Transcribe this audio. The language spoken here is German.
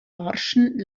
barschen